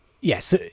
yes